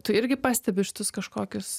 tu irgi pastebi šitus kažkokius